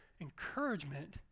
encouragement